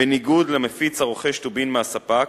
בניגוד למפיץ הרוכש טובין מהספק